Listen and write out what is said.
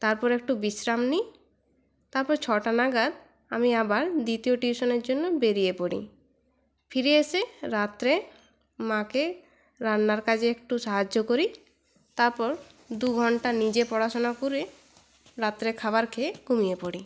তারপরে একটু বিশ্রাম নিই তারপর ছটা নাগাদ আমি আবার দ্বিতীয় টিউশনের জন্য বেরিয়ে পড়ি ফিরে এসে রাত্রে মাকে রান্নার কাজে একটু সাহায্য করি তারপর দু ঘন্টা নিজে পড়াশোনা করে রাত্রের খাবার খেয়ে ঘুমিয়ে পড়ি